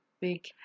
big